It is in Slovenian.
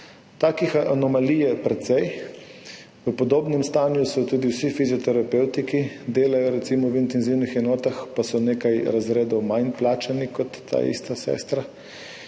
Takih anomalij je precej, v podobnem stanju so tudi vsi fizioterapevti, ki delajo recimo v intenzivnih enotah, pa so nekaj razredov manj plačani kot ta ista sestra.